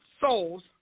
souls